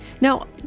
Now